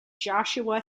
joshua